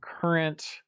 current